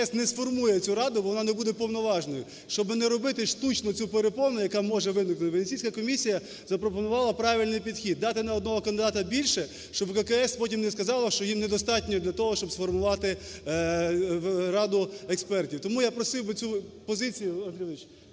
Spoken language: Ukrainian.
ВККС не сформує цю раду, вона не буде уповноваженою. Щоби не робити штучно цю перепону, яка може виникнути, Венеційська комісія запропонувала правильний підхід – дати на одного кандидата більше, щоб ВККС потім не сказало, що їм недостатньо для того, щоб сформувати раду експертів. Тому я просив би цю позицію, Андрій Володимирович,